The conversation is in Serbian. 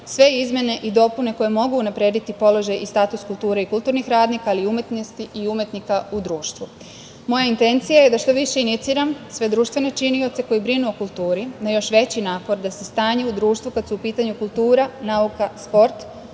sve izmene i dopune koje mogu unaprediti položaj i status kulture i kulturnih radnika, ali i umetnosti i umetnika u društvu. Moja intencija je da što više iniciram sve društvene činioce koji brinu o kulturi na još veći napor da se stanje u društvu, kad su u pitanju kultura, nauka, sport,